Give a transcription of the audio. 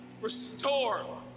restore